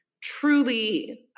truly